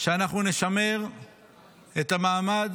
שאנחנו נשמר את המעמד